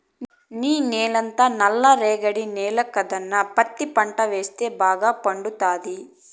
నీ నేలంతా నల్ల రేగడి నేల కదన్నా పత్తి పంట వేస్తే బాగా పండతాది